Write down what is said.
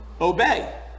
obey